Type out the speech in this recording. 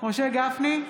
משה גפני,